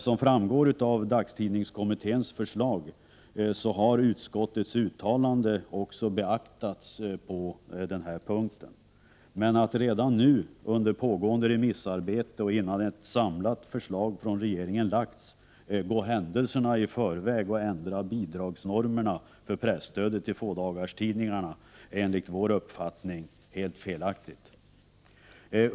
Som framgår av dagstidningskommitténs förslag har utskottets uttalande också beaktats på denna punkt. Men att redan nu, under pågående remissarbete och innan ett samlat förslag från regeringen framlagts, gå händelserna i förväg och ändra bidragsnormerna för presstödet till fådagarstidningarna är enligt vår uppfattning helt felaktigt.